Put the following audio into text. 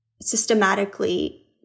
systematically